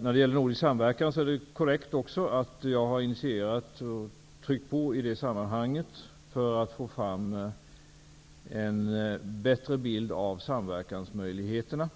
När det gäller detta med en nordisk samverkan är det korrekt att jag har tagit initiativ och tryckt på i det sammanhanget för att få fram en bättre bild av samverkansmöjligheterna.